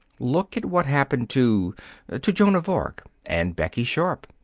look at what happened to to joan of arc, and becky sharp,